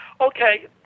okay